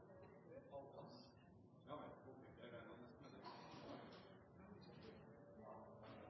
Det er